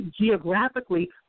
geographically